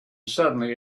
suddenly